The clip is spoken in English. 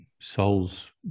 souls